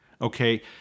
okay